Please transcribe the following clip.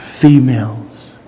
females